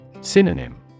Synonym